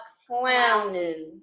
clowning